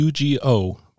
UGO